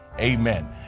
Amen